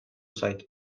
zait